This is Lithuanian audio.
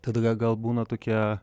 tada ga gal būna tokie